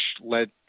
led